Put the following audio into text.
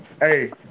Hey